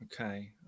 Okay